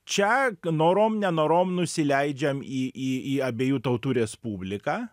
čia norom nenorom nusileidžiam į į į abiejų tautų respubliką